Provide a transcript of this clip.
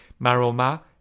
maroma